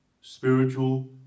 spiritual